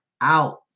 out